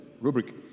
Rubric